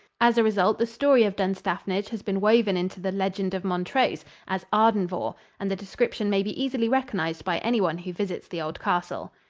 as a result the story of dunstafnage has been woven into the legend of montrose as ardenvohr and the description may be easily recognized by any one who visits the old castle.